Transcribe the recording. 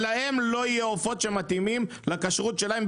אבל להם לא יהיו עופות שמתאימים לכשרות שלהם,